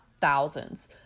thousands